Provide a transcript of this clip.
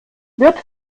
wird